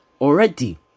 Already